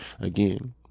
again